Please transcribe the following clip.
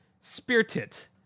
spirit